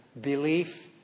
belief